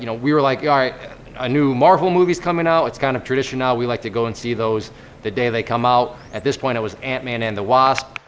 you know, we are like a ah new marvel movie's coming out. it's kind of tradition now, we like to go and see those the day they come out. at this point, it was ant man and the wasp.